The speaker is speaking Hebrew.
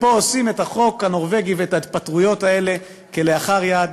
ופה עושים את החוק הנורבגי ואת ההתפטרויות האלה כלאחר יד,